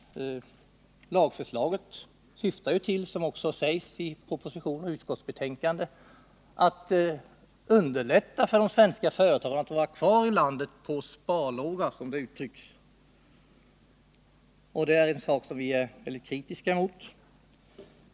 Lagförslaget syftar ju till, vilket också sägs i propositionen och i utskottsbetänkandet, att underlätta för de svenska företagen att vara kvar i landet på sparlåga, som det uttrycks. Det är något som vi är väldigt kritiska mot.